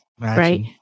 Right